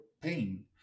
pain